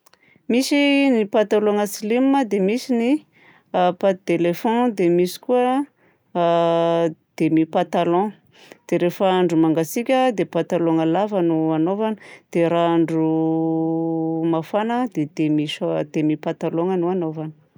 Misy ny patalôgna slim a, dia misy ny pate d'elephant, dia misy koa demi-patalon. Dia rehefa andro mangatsiaka dia patalôgna lava no hanaovana. Dia raha andro mafana dia demi-sho- demi-patalôgna no hanaovana.